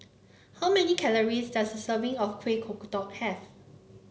how many calories does a serving of Kuih Kodok have